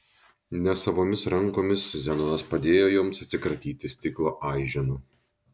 nesavomis rankomis zenonas padėjo joms atsikratyti stiklo aiženų